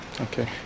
Okay